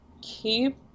keep